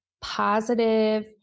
positive